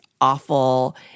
awful